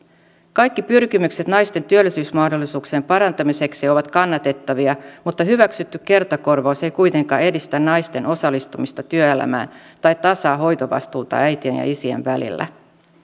kaikki pyrkimykset naisten työllisyysmahdollisuuksien parantamiseksi ovat kannatettavia mutta hyväksytty kertakorvaus ei kuitenkaan edistä naisten osallistumista työelämään tai tasaa hoitovastuuta äitien ja isien välillä